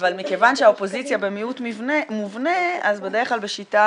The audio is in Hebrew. אבל מכוון שהאופוזיציה במיעוט מובנה אז בדרך כלל בשיטה